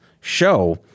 show